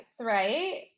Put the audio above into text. right